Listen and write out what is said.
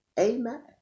Amen